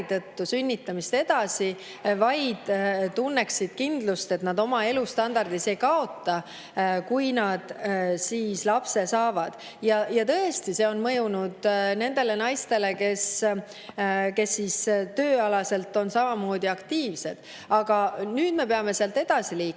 sünnitamist edasi, vaid tunneksid kindlust, et nende elustandard ei [kannata], kui nad lapse saavad. Tõesti, see on mõjunud naistele, kes tööalaselt on samamoodi aktiivsed. Aga nüüd me peame edasi liikuma.